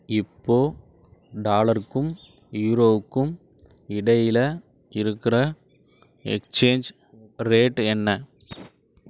இப்போ டாலருக்கும் யூரோவுக்கும் இடையில் இருக்கிற எக்ஸ்சேஞ்ச் ரேட் என்ன